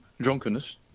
drunkenness